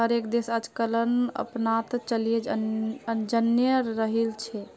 हर एक देश आजकलक अपनाता चलयें जन्य रहिल छे